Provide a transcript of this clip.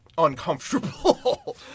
uncomfortable